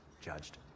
judged